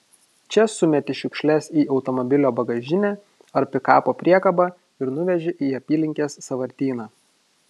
čia sumeti šiukšles į automobilio bagažinę ar pikapo priekabą ir nuveži į apylinkės sąvartyną